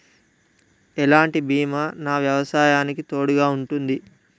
ఎలాంటి బీమా నా వ్యవసాయానికి తోడుగా ఉంటుంది?